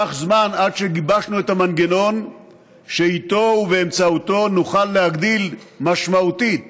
לקח זמן עד שגיבשנו את המנגנון שאיתו ובאמצעותו נוכל להגדיל משמעותית